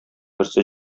берсе